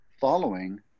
following